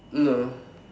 no